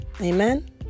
Amen